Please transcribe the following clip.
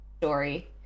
story